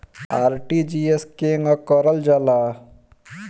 RTGS केगा करलऽ जाला?